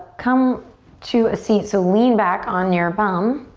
come to a seat. so lean back on your bum.